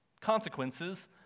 consequences